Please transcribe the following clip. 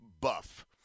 buff